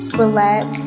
relax